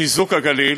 חיזוק הגליל,